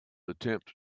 attempt